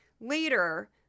later